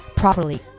properly